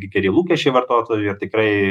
geri lūkesčiai vartotojų ir tikrai